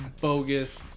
bogus